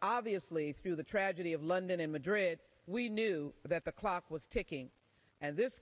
obviously through the tragedy of london in madrid we knew that the clock was ticking and this